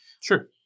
sure